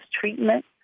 treatment